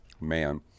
Man